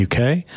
UK